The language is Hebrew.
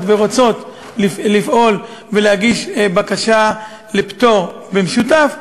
ורוצות לפעול ולהגיש בקשה לפטור במשותף,